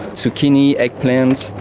zucchini, eggplant,